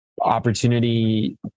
opportunity